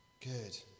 Good